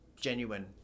genuine